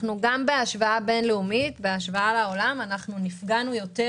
גם בהשוואה בין-לאומית אנחנו נפגענו יותר